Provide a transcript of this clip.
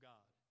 God